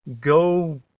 go